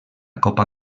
copa